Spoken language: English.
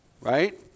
right